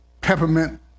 peppermint